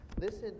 Listen